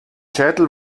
schädel